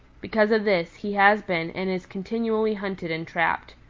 because of this, he has been and is continually hunted and trapped.